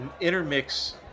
intermix